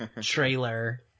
trailer